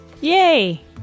Yay